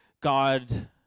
God